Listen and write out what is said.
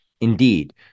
Indeed